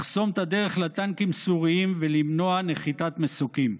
לחסום את הדרך לטנקים סוריים ולמנוע נחיתת מסוקים.